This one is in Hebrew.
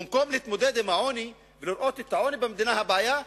במקום להתמודד עם העוני ולראות את העוני במדינה כבעיה,